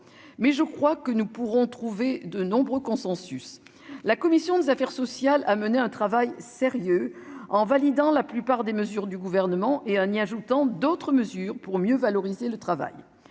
mais je crois que nous pourrons trouver de nombreux consensus, la commission des affaires sociales a mené un travail sérieux, en validant la plupart des mesures du gouvernement et en y ajoutant d'autres mesures pour mieux valoriser le travail,